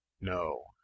no